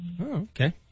Okay